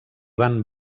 van